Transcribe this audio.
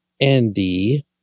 Andy